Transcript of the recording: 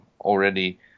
already